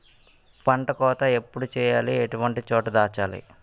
పంట కోత ఎప్పుడు చేయాలి? ఎటువంటి చోట దాచాలి?